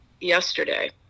yesterday